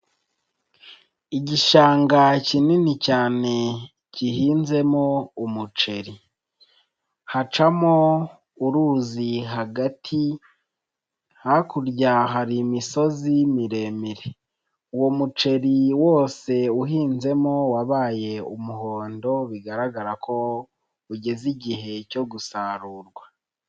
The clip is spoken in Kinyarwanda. Igishanga kinini cyane gihinzemo umuceri. Hacamo uruzi hagati, hakurya hari imisozi miremire. Uwo muceri wose uhinzemo wabaye umuhondo, bigaragara ko ugeze igihe cyo gusarurwa.